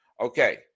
Okay